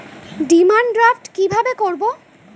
Demand draft কীভাবে করব?